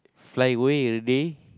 fly away already